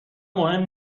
مهم